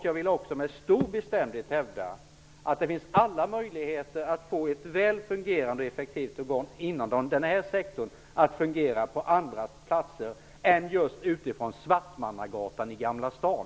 Jag vill med stor bestämdhet hävda att det finns alla möjligheter att få ett väl fungerande och effektivt organ inom radio och TV-området på andra platser än just Svartmangatan i Gamla stan.